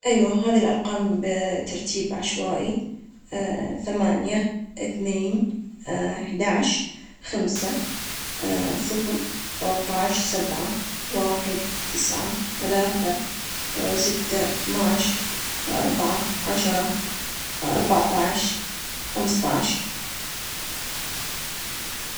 أيوه، هذه الأرقام بترتيب عشوائي، ثمانية، اثنين، احدى عشر، خمسة، صفر، ثلاثة عشر، سبعة، واحد، تسعة، ثلاثة، ستة، اثنى عشر، اربعة، عشرة، اربعة عشر، خمسة عشر.